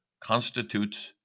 constitutes